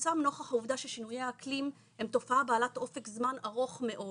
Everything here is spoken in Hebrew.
מועצם נוכח העובדה ששינויי האקלים הם תופעה בעלת אופק זמן ארוך מאוד,